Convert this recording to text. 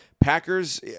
Packers